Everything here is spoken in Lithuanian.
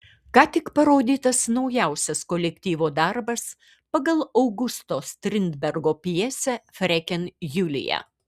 ką tik parodytas naujausias kolektyvo darbas pagal augusto strindbergo pjesę freken julija